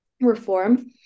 reform